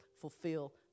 fulfill